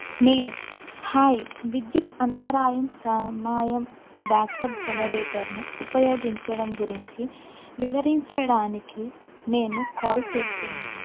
నేను హాయ్ విద్యుత్ అంతరాయం సమయం బ్యాకప్ జనరేటర్ను ఉపయోగించడం గురించి వివరించడానికి నేను కాల్ చేస్తున్నాను